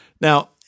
Now